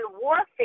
warfare